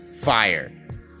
Fire